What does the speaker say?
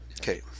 Okay